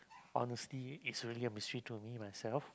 honestly it's really a mystery to me myself